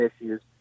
issues